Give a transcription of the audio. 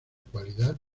cualidad